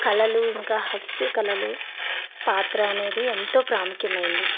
కళలు ఇంకా హస్త కళలు పాత్ర అనేది ఎంతో ప్రాముఖ్యమైంది